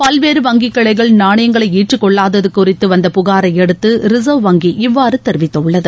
பல்வேறு வங்கிக் கிளைகள் நாணயங்களை ஏற்றுக்கொள்ளாதது குறித்து வந்த புகாரை அடுத்து ரிசர்வ் வங்கி இவ்வாறு தெரிவித்துள்ளது